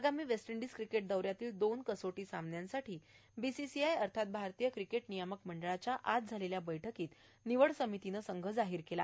आगामी West Indies cricket दौ यातल्या दोन कसोटी सामन्यांसाठी बीसीसीआय अर्थात भारतीय क्रिकेट नियामक मंडळाच्या आज झालेल्या बैठकीत निवड समितीनं संघ जाहीर केला